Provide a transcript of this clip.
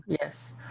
Yes